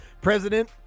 President